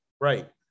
Right